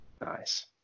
Nice